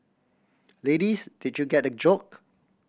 ladies did you get the joke